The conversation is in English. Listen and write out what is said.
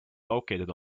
located